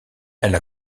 elle